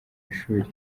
ishuli